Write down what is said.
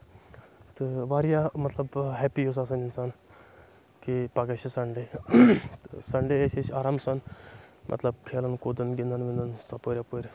تہٕ واریاہ مطلب ہیپی اوس آسان اِنسان کہِ پگاہ چھِ سَنڈے تہٕ سَنڈے ٲسۍ أسۍ آرام سان مطلب کھیلان کوٗدان گنٛدان ونٛدان ٲسۍ تَپٲرۍ یپٲرۍ